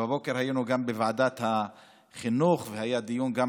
הבוקר היינו בוועדת החינוך והיה דיון על